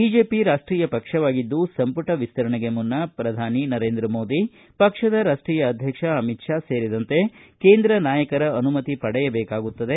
BJP ರಾಷ್ಟೀಯ ಪಕ್ಷವಾಗಿದ್ದು ಸಂಪುಟ ವಿಸ್ತರಣೆಗೆ ಮುನ್ನ ಪ್ರಧಾನಿ ನರೇಂದ್ರ ಮೋದಿ ಪಕ್ಷದ ರಾಷ್ಟೀಯ ಅಧ್ಯಕ್ಷ ಅಮಿತ್ ಷಾ ಸೇರಿದಂತೆ ಕೇಂದ್ರ ನಾಯಕರ ಅನುಮತಿ ಪಡೆಯಬೇಕಾಗುತ್ತದೆ